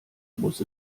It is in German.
muss